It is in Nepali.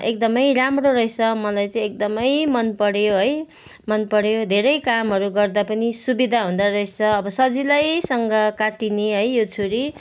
एकदमै राम्रो रहेछ मलाई चाहिँ एकदमै मन पर्यो है मन पर्यो धेरै कामहरू गर्दा पनि सुविधा हुँदो रहेछ अब सजिलैसँग काटिने है यो छुरी